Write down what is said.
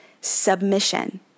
submission